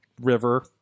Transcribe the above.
river